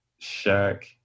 Shaq